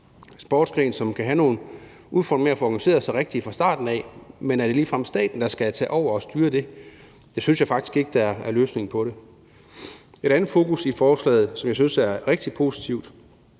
sportsgren, som kan have nogle udfordringer med at få organiseret sig rigtigt fra starten af, men er det ligefrem staten, der skal tage over og styre det? Det synes jeg faktisk ikke er løsningen på det. Et andet fokus i forslaget, som jeg synes er rigtig positivt,